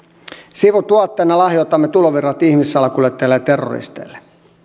sivutuotteena lahjoitamme tulovirrat ihmissalakuljettajille ja terroristeille